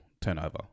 turnover